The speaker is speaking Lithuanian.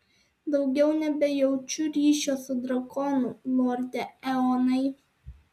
daugiau nebejaučiu ryšio su drakonu lorde eonai